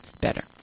better